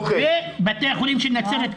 ובתי החולים של נצרת.